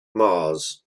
mars